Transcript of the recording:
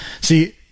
See